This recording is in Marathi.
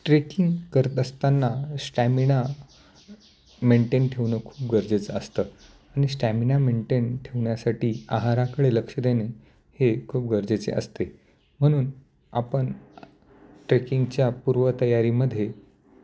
ट्रेकिंग करत असताना स्टॅमिना मेंटेन ठेवणं खूप गरजेचं असतं आणि स्टॅमिना मेंटेन ठेवण्यासाठी आहाराकडे लक्ष देणे हे खूप गरजेचे असते म्हणून आपण ट्रेकिंगच्या पूर्व तयारीमध्ये